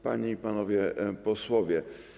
Panie i Panowie Posłowie!